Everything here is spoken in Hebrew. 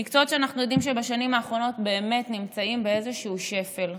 מקצועות שאנחנו יודעים שבשנים האחרונות באמת נמצאים באיזשהו שפל.